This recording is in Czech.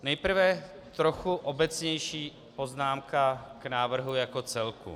Nejprve trochu obecnější poznámka k návrhu jako celku.